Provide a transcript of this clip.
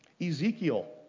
Ezekiel